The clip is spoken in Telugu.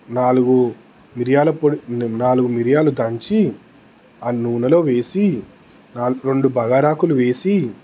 నాలుగు మిరియాల పొడి నాలుగు మిరియాలు దంచి ఆ నూనెలో వేసి నాలుగు రెండు బగారా ఆకులు వేసి